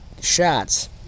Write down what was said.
shots